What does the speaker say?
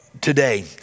Today